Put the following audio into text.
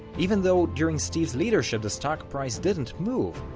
even though during steve's leadership the stock price didn't move,